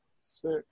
Six